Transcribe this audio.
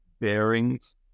bearings